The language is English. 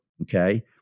Okay